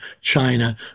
China